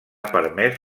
permés